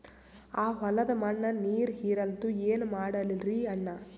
ಆ ಹೊಲದ ಮಣ್ಣ ನೀರ್ ಹೀರಲ್ತು, ಏನ ಮಾಡಲಿರಿ ಅಣ್ಣಾ?